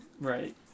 Right